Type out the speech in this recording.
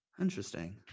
Interesting